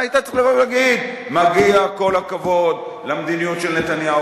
היית צריך לבוא ולהגיד: מגיע כל הכבוד למדיניות של נתניהו